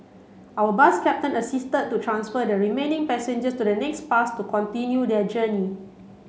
our bus captain assisted to transfer the remaining passengers to the next bus to continue their journey